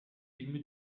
yirmi